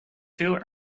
veel